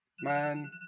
Man